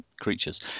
Creatures